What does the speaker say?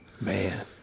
Man